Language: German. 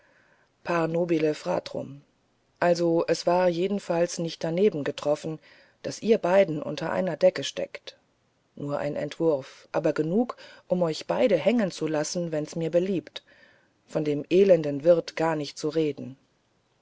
par nobile fratrum also es war jedenfalls nicht daneben getroffen daß ihr beide unter einer decke steckt nur ein entwurf aber genug um euch beide hängen zu lassen wenn's mir beliebt von dem elenden wirt gar nicht zu reden